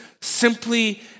simply